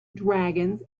dragons